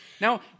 Now